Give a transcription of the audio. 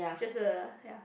just a ya